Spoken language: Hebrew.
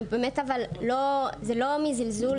זה לא מזלזול,